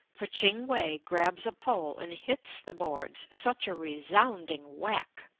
for ching-we grabs a pole and hits the boards such a resounding whack,